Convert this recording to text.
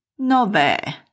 nove